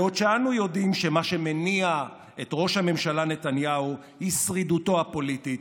בעוד אנו יודעים שמה שמניע את ראש הממשלה נתניהו היא שרידותו הפוליטית,